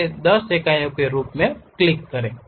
इसे 10 इकाइयों के रूप में क्लिक करें